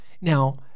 Now